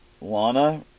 Lana